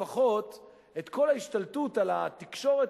ברלוסקוני לפחות את כל ההשתלטות על התקשורת